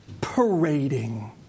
parading